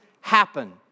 happen